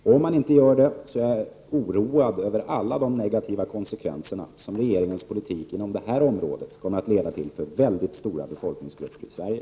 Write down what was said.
Om man inte gör det är jag oroad över alla de negativa konsekvenser som regeringens politik på det här området kommer att få för mycket stora befolkningsgrupper i Sverige.